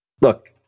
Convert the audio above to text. look